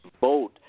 vote